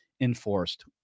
enforced